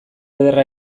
ederra